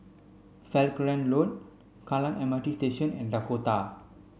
Falkland Road Kallang M R T Station and Dakota